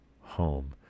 home